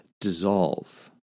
dissolve